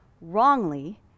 wrongly